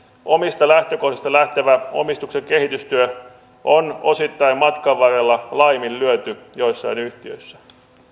omista lähtökohdista lähtevä omistuksen kehitystyö on osittain matkan varrella laiminlyöty joissain yhtiöissä